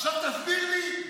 עכשיו תסביר לי,